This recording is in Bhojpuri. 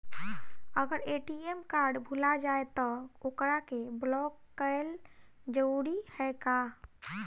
अगर ए.टी.एम कार्ड भूला जाए त का ओकरा के बलौक कैल जरूरी है का?